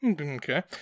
Okay